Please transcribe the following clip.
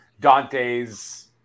Dante's